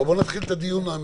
בואו נתחיל את הדיון המהותי.